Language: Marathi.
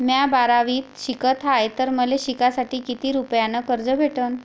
म्या बारावीत शिकत हाय तर मले शिकासाठी किती रुपयान कर्ज भेटन?